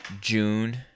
June